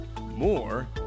more